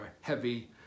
heavy